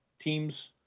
teams